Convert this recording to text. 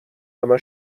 همه